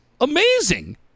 amazing